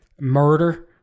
murder